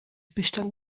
bestand